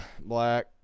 black